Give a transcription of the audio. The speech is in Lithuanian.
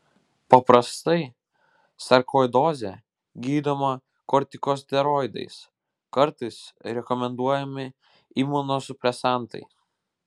paprastai sarkoidozė gydoma kortikosteroidais kartais rekomenduojami imunosupresantai